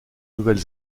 nouvelle